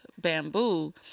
bamboo